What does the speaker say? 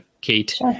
Kate